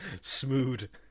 Smooth